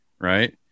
Right